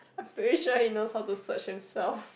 I'm pretty sure he knows how to search himself